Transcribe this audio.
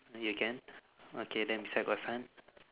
mm you can okay then beside got sun